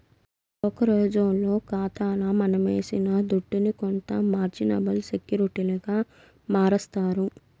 బ్రోకరేజోల్లు కాతాల మనమేసిన దుడ్డుని కొంత మార్జినబుల్ సెక్యూరిటీలుగా మారస్తారు